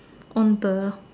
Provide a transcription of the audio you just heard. on the